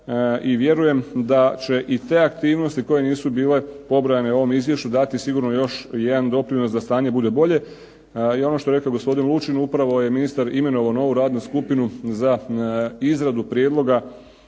I vjerujem da će i te aktivnosti koje nisu bile pobrojane u ovom izvješću dati sigurno još jedan doprinos da stanje bude bolje. I ono što je rekao gospodin Lučin upravo je ministar imenovao novu radnu skupinu za izradu prijedloga